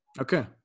okay